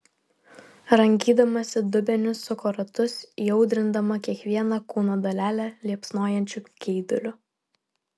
rangydamasi dubeniu suko ratus įaudrindama kiekvieną kūno dalelę liepsnojančiu geiduliu